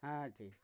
ᱦᱮᱸ ᱦᱮᱸ ᱴᱷᱤᱠ